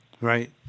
Right